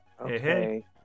Okay